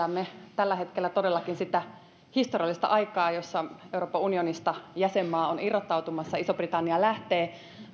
tällä hetkellä todellakin sitä historiallista aikaa jossa euroopan unionista jäsenmaa on irrottautumassa iso britannia lähtee